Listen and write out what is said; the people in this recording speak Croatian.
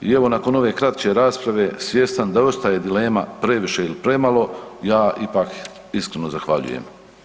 I evo nakon ove kratke rasprave svjestan da ostaje dilema previše ili premalo, ja ipak iskreno zahvaljujem.